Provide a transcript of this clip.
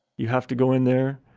you have to go in there.